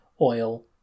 oil